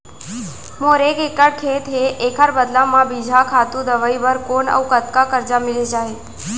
मोर एक एक्कड़ खेत हे, एखर बदला म बीजहा, खातू, दवई बर कोन अऊ कतका करजा मिलिस जाही?